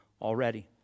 already